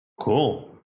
Cool